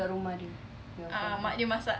dekat rumah dia your friend's house